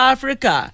Africa